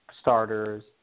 starters